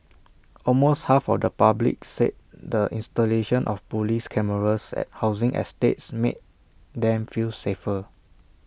almost half of the public said the installation of Police cameras at housing estates made them feel safer